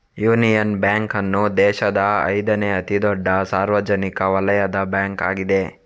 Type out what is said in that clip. union Bank ಅನ್ನು ದೇಶದ ಐದನೇ ಅತಿ ದೊಡ್ಡ ಸಾರ್ವಜನಿಕ ವಲಯದ ಬ್ಯಾಂಕ್ ಆಗಿದೆ